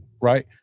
right